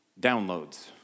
downloads